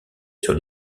sur